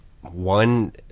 one